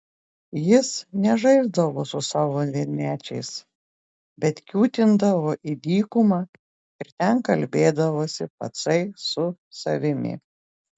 jis nežaisdavo su savo vienmečiais bet kiūtindavo į dykumą ir ten kalbėdavosi patsai su savimi